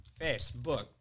Facebook